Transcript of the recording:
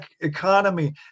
economy